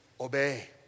Obey